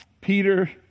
Peter